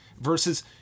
versus